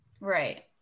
Right